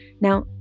Now